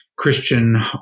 Christian